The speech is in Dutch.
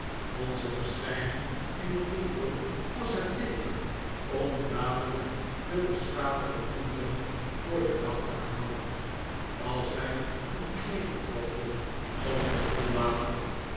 onze verschijning in een winkel was het teeken om dadelijk de beschadigde goederen voor den dag te halen als wij een kreeft kochten zat hij vol water